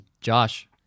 Josh